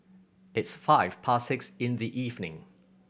its five past six in the evening